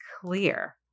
clear